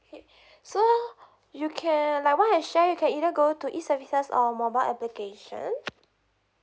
okay so you can like what I share you can either go to E services or mobile application